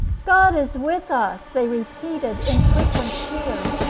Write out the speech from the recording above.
god is with us! they repeated, in frequent cheer,